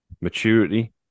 maturity